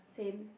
same